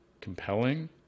compelling